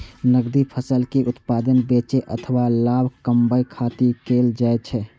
नकदी फसल के उत्पादन बेचै अथवा लाभ कमबै खातिर कैल जाइ छै